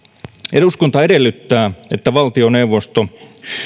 eduskunta edellyttää että valtioneuvosto